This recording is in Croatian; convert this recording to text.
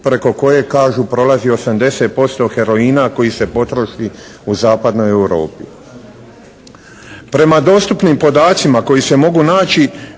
preko koje kažu prolazi 80% heroina koji se potroši u zapadnoj Europi. Prema dostupnim podacima koji se mogu naći